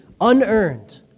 unearned